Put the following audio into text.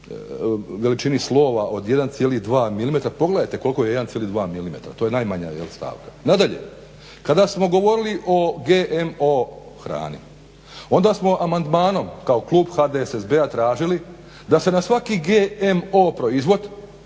veličini slova od 1,2 mm, pogledajte koliko je 1,2 mm, to je najmanja stavka. Nadalje, kada smo govorili o GMO hrani onda smo amandmanom kao klub HDSSB-a tražili da se na svaki GMO proizvod